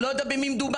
אני לא יודע במי מדובר,